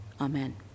Amen